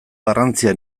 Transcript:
garrantzia